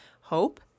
hope